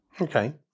Okay